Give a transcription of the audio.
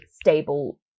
stable